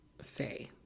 say